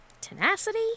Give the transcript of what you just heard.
Tenacity